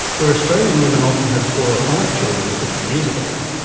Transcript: where australian women often had four of five children fifty years ago,